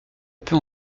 peu